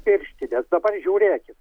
pirštines dabar žiūrėkit